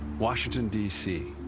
washington, d c.